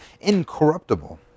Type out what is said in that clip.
incorruptible